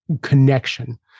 connection